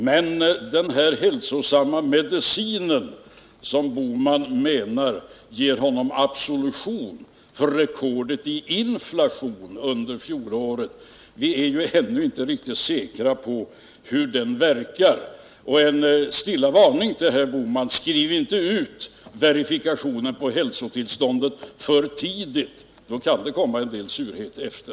Men när det gäller den hälsosamma medicinen som herr Bohman menar ger honom absolution för rekordet i inflation under fjolåret vill jag säga att vi är ännu inte riktigt säkra på hur den verkar. Jag har en stilla varning till herr Bohman: Skriv inte ut verifikationen på hälsotillståndet för tidigt, för då kan det komma en del surhet efter!